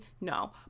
No